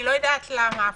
אני לא יודעת למה אפילו.